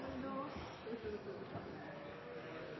Angela